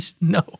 no